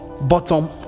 bottom